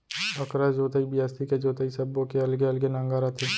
अकरस जोतई, बियासी के जोतई सब्बो के अलगे अलगे नांगर आथे